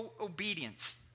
obedience